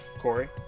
Corey